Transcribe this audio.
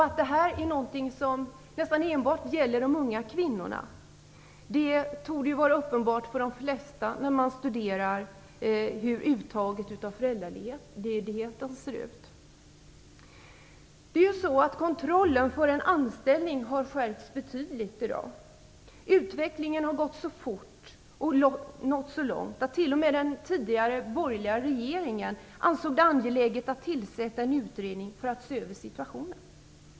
Att detta är någonting som nästan enbart gäller de unga kvinnorna torde vara uppenbart för de flesta när man studerar hur uttaget av föräldraledigheten ser ut. Kontrollen för anställning har skärpts betydligt i dag. Utvecklingen har gått så fort och nått så långt att t.o.m. den tidigare borgerliga regeringen ansåg det angeläget att tillsätta en utredning för att se över situationen.